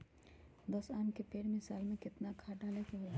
दस आम के पेड़ में साल में केतना खाद्य डाले के होई?